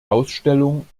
ausstellung